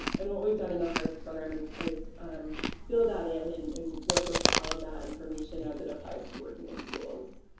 and what we've done in the hearts program is is build that in and work with all of that information as it applies to working in schools.